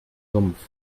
sumpf